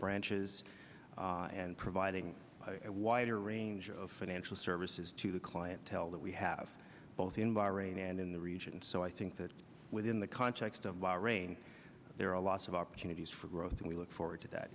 branches and providing a wider range of financial services to the clientele that we have both in bahrain and in the region so i think that within the context of our range there are lots of opportunities for growth and we look forward to that